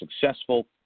successful